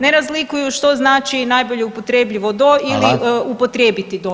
Ne razlikuju što znači najbolje upotrebljivo do [[Upadica: Hvala.]] ili upotrijebiti do.